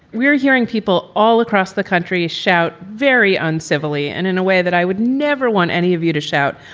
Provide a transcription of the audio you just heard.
we're hearing people all across the country shout very on civilly and in a way that i would never want any of you to shout.